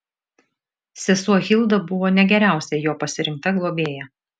sesuo hilda buvo ne geriausia jo pasirinkta globėja